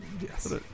Yes